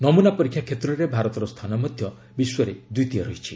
ନମୁନା ପରୀକ୍ଷା କ୍ଷେତ୍ରରେ ଭାରତର ସ୍ଥାନ ମଧ୍ୟ ବିଶ୍ୱରେ ଦ୍ୱିତୀୟ ରହିଛି